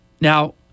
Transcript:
now